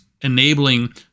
enabling